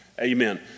Amen